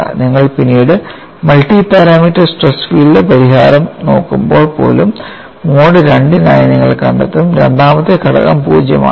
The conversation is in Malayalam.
നിങ്ങൾ പിന്നീട് മൾട്ടി പാരാമീറ്റർ സ്ട്രെസ് ഫീൽഡ് പരിഹാരം നോക്കുമ്പോൾ പോലും മോഡ് II നായി നിങ്ങൾ കണ്ടെത്തും രണ്ടാമത്തെ ഘടകം 0 ആണെന്ന്